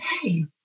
hey